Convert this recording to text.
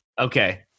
Okay